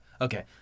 Okay